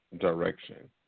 direction